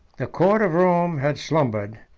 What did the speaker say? the court of rome had slumbered,